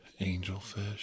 angelfish